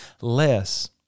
less